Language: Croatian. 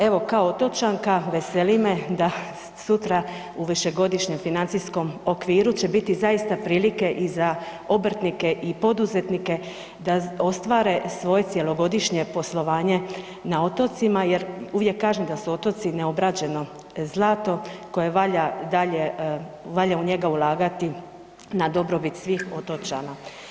Evo kao otočanka veseli me da sutra u višegodišnjem financijskom okviru će biti zaista prilike i za obrtnike i poduzetnike da ostvare svoje cjelogodišnje poslovanje na otocima jer uvijek kažem da su otoci neobrađeno zlato u koje valja u njega ulagati na dobrobiti svih otočana.